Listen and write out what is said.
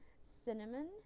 cinnamon